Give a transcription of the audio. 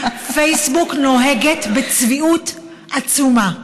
פייסבוק נוהג בצביעות עצומה.